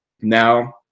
now